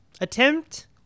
Attempt